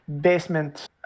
basement